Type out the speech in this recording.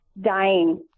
dying